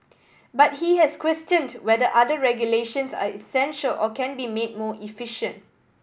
but he has questioned whether other regulations are essential or can be made more efficient